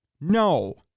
No